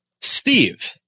Steve